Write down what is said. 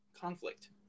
conflict